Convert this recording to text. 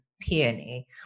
peony